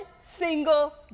single